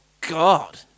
god